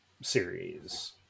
series